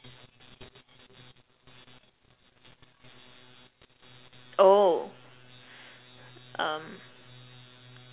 oh um